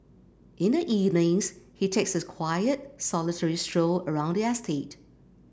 in the evenings he takes a quiet solitary stroll around the estate